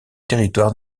territoire